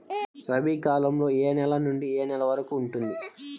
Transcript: రబీ కాలం ఏ నెల నుండి ఏ నెల వరకు ఉంటుంది?